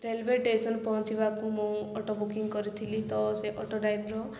railway station ପହଞ୍ଚିବାକୁ ମୁଁ auto booking କରିଥିଲି ତ ସେ ଅଟୋ ଡ୍ରାଇଭର୍